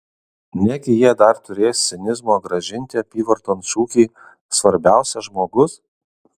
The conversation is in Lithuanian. negi jie dar turės cinizmo grąžinti apyvarton šūkį svarbiausia žmogus